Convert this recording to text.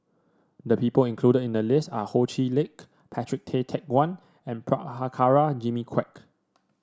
the people included in the list are Ho Chee Lick Patrick Tay Teck Guan and Prabhakara Jimmy Quek